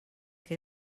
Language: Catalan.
que